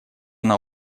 она